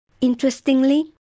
Interestingly